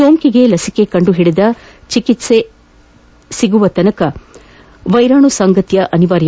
ಸೋಂಕಿಗೆ ಲಸಿಕೆ ಕಂಡುಹಿಡಿದು ಚಿಕಿತ್ಸೆ ಸಿಗುವ ತನಕ ವೈರಾಣು ಸಾಂಗತ್ಯ ಅನಿವಾರ್ಯ